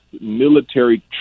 military